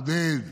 עודד.